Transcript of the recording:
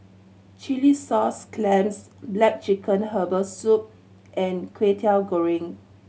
chilli sauce clams black chicken herbal soup and Kway Teow Goreng